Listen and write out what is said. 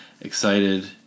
Excited